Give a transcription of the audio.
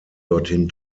dorthin